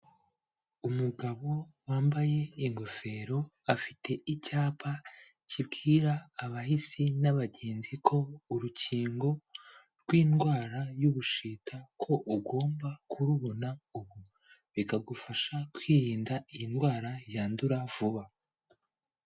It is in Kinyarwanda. Umugabo wambaye ingofero afite icyapa kibwira abahisi n'abagenzi ko urukingo rw'indwara y'Ubushita ko ugomba kurubona ubu, bikagufasha kwirinda iyi ndwara yandura vuba.